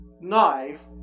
knife